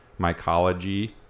mycology